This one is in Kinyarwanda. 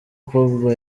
pogba